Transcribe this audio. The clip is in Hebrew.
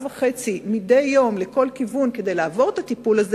וחצי מדי יום לכל כיוון כדי לעבור את הטיפול הזה,